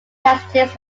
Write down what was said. casualties